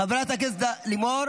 חברת הכנסת לימור,